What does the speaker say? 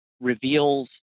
reveals